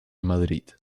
madrid